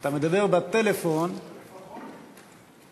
ואני מניח שהיא מועברת להמשך דיון בוועדה שלך.